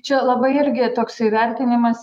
čia labai irgi toksai vertinimas